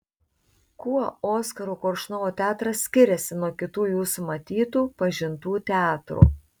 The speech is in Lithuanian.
kuo oskaro koršunovo teatras skiriasi nuo kitų jūsų matytų pažintų teatrų